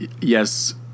yes